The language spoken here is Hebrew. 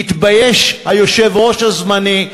יתבייש היושב-ראש הזמני.